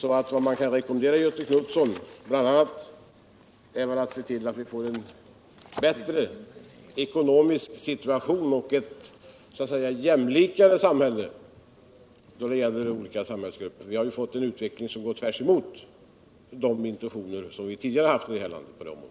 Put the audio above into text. Vad jag kan rekommendera Göthe Knutson är att han ser till att vi får en bittre ekonomisk situation och ett jämlikare samhälle. Den utveckling som nu sker går tvärt emot de intentioner som vi tidigare har haft här i landet på det området.